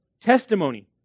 testimony